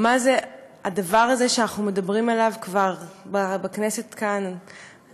מה זה הדבר הזה שאנחנו מדברים עליו בכנסת כאן כבר,